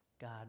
God